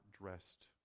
dressed